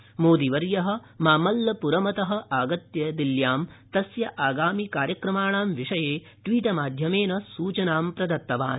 श्रीमोदीवर्यः मामल्लपुरमतः आगत्य दिल्ल्यां तस्य आगामि कार्यक्रमाणां विषये ट्वीट माध्यमेन सूचनां प्रदत्तवान्